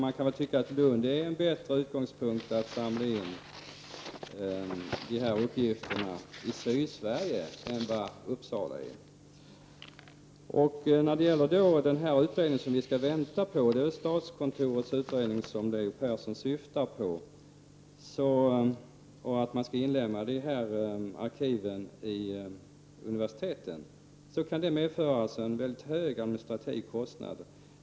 Man kan väl tycka att Lund är en bättre utgångspunkt för att samla in dessa uppgifter i Sydsverige än vad Uppsala är. När det gäller den utredning som vi skall vänta på — det är en utredning från statskontoret som Leo Persson syftar på — och att arkiven skall inlemmas i universiteten, kan det medföra en hög administrativ kostnad.